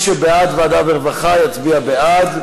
מי שבעד ועדת העבודה והרווחה יצביע בעד.